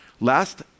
Last